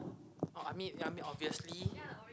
orh I mean ya I mean obviously